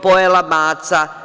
Pojela maca.